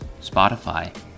Spotify